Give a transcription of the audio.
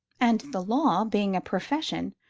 and the law, being a profession,